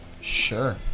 Sure